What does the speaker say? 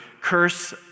curse